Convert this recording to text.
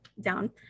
down